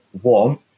one